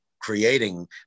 creating